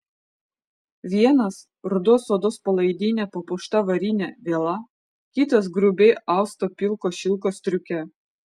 vienas rudos odos palaidine papuošta varine viela kitas grubiai austo pilko šilko striuke